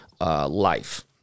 life